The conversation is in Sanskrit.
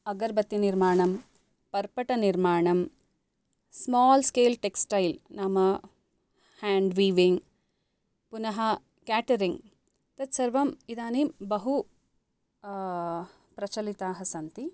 अगरबत्तिनिर्माणं पर्पटनिर्माणं स्माल् स्केल् टेक्स्टैल् नाम हेण्ड् वीविंग् पुनः केटरिंग् तत्सर्वम् इदानीं बहु प्रचलिताः सन्ति